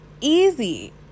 easy